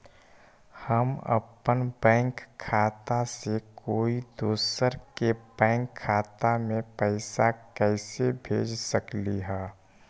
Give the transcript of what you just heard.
हम अपन बैंक खाता से कोई दोसर के बैंक खाता में पैसा कैसे भेज सकली ह?